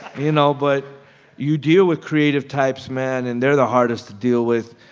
you know, but you deal with creative types, man, and they're the hardest to deal with.